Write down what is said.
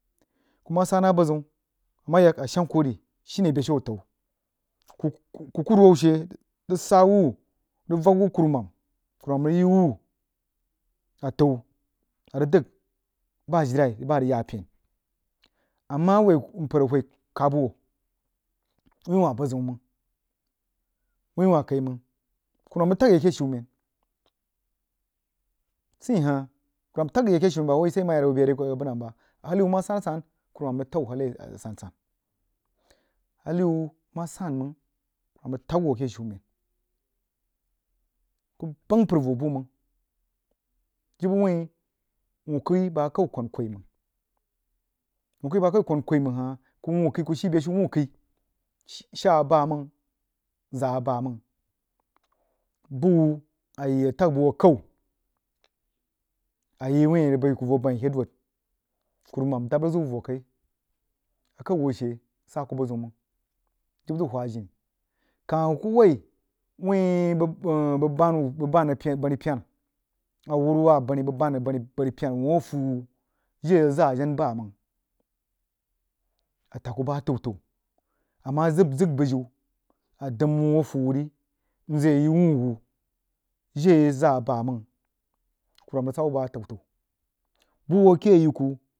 Kuh mah saa na buzəun a mah yak? Shang kuh ri shine beshiu ata’u kukuri uhou she rig sah wuh rig vak wuh kurumen rig yi uhe ata’u a rig dəg bah ajilai bah rig yah pen ama, a whoi npər a whoi kabb uhh whi bəziu mang wuin ueh ka mang karuman rig tag yi a keh shumen sei hah kuruman tag dri yi a keh shumen bawai sai amah ya rig boh bəg ri bah hah wuh mah san-asan kurumam rig tag wuh hali asan-san hah wuh mah san mang kuruman rig tag wuh ake shurunen jibə uhun uluh kəi bəg akaw kwoh kwoi mang uluh koi bəg akaw kwan kwoi mang hah kuh shii shaa bawang zah bamang bub a rig tag buh uluh akaw a yí wui a rig bəa kuh voh bənghi keh dod kurumam dab rig zəg wuh voh kai akaw wuh she sah kuh buzəun mang jibə zəg uhe jini kah kuh woi whin bəg baan wah whin bəg ban nəng nəm pyenah a wuruwah bəni bəg bahi bamu pyena uhh a fuh whh jire a zaa jen ba. ang a tag kuh bah atəuntəu a mah zəg bujiu a dəm whh afuh wur ri nzəg yah yi wab wuh jire a zah bamang kurumam rig sah wah bah təu-təu buh wuh keh a yi kuh.